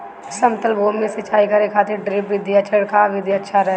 समतल भूमि में सिंचाई करे खातिर ड्रिप विधि या छिड़काव विधि अच्छा रहेला?